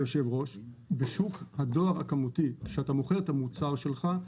בשוק הדואר הכמותי, כשאתה מוכר את המוצר שלך,